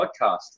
podcast